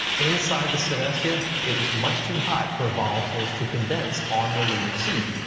inside the synestia it was much too hot for volatiles to condense on the lunar seed.